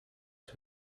sur